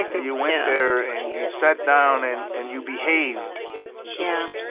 you went there, and you sat down, and and you behaved yeah.